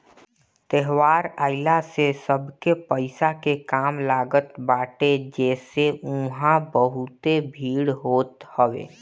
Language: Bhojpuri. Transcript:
त्यौहार आइला से सबके पईसा के काम लागत बाटे जेसे उहा बहुते भीड़ होत हवे